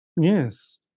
yes